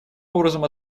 образом